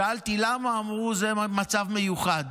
שאלתי למה, אמרו: זה מצב מיוחד.